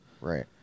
Right